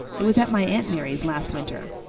it was at my aunt mary's last winter.